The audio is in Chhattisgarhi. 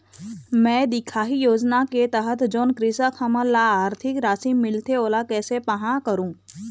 मैं दिखाही योजना के तहत जोन कृषक हमन ला आरथिक राशि मिलथे ओला कैसे पाहां करूं?